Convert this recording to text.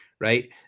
right